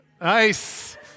Nice